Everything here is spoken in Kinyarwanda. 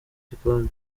gikombe